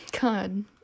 God